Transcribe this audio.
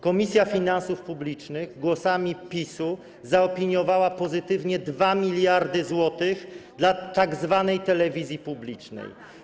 Komisja Finansów Publicznych głosami PiS-u zaopiniowała pozytywnie 2 mld zł dla tzw. telewizji publicznej.